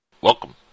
welcome